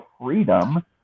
freedom